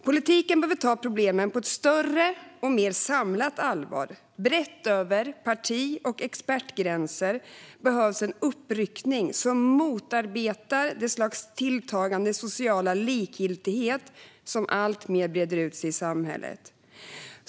Politiken behöver ta problemen på ett större och mer samlat allvar. Brett över parti och expertgränser behövs en uppryckning som motarbetar det slags tilltagande sociala likgiltighet som alltmer breder ut sig i samhället.